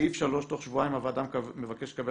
סעיף 3 בתוך שבועיים הוועדה מבקשת לקבל